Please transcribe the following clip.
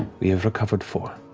we have recovered four.